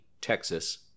Texas